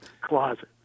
closet